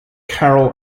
carol